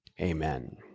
Amen